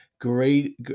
great